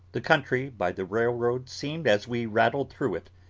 the country, by the railroad, seemed, as we rattled through it,